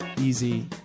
easy